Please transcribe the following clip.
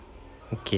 okay